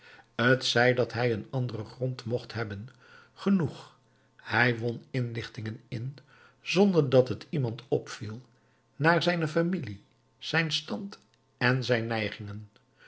t zij dat hij een anderen grond mocht hebben genoeg hij won inlichtingen in zonder dat het iemand opviel naar zijne familie zijn stand en zijn